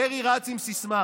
דרעי רץ עם סיסמה: